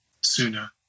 sooner